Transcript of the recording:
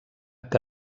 que